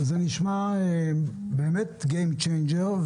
זה נשמע באמת game changer.